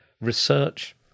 research